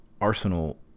Arsenal